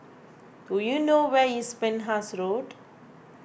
do you know where is Penhas Road